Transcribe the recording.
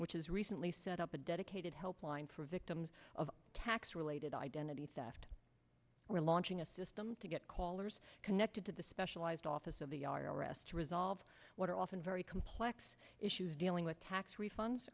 which has recently set up a dedicated helpline for victims of tax related identity theft we're launching a system to get callers connected to the specialized office of the i r s to resolve what are often very complex issues dealing with tax refunds